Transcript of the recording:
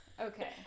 Okay